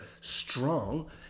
strong